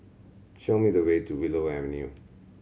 show me the way to Willow Avenue